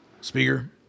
Speaker